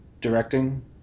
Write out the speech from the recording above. directing